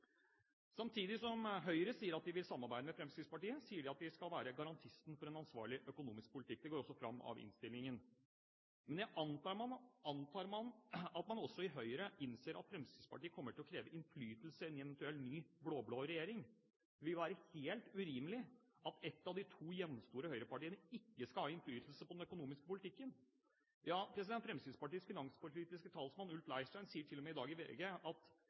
Samtidig som Høyre sier at de vil samarbeide med Fremskrittspartiet, sier de at de skal være garantisten for en ansvarlig økonomisk politikk. Det går også fram av innstillingen. Men jeg antar at man også i Høyre innser at Fremskrittspartiet kommer til å kreve innflytelse i en eventuell ny blå-blå regjering. Det vil være helt urimelig at ett av de to jevnstore høyrepartiene ikke skal ha innflytelse på den økonomiske politikken. Ja, Fremskrittspartiets finanspolitiske talsmann, Ulf Leirstein, sier til og med i dag i VG at